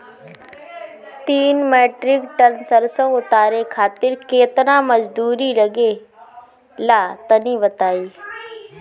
तीन metric ton सरसो उतारे खातिर केतना मजदूरी लगे ला तनि बताई?